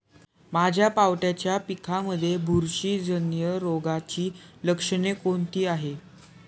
माझ्या पावट्याच्या पिकांमध्ये बुरशीजन्य रोगाची लक्षणे कोणती आहेत?